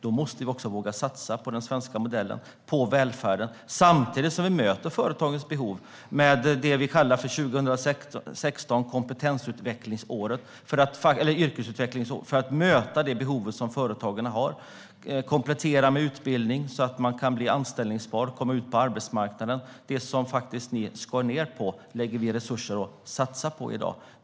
Då måste vi också våga satsa på den svenska modellen, på välfärden, samtidigt som vi möter företagens behov med det vi kallar för 2016 - yrkesutbildningens år. Det handlar om att möta det behov som företagarna har och om att komplettera med utbildning så att man kan bli anställbar och komma ut på arbetsmarknaden. Det som ni skar ned på lägger vi resurser på och satsar på i dag.